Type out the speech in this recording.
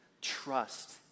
trust